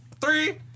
three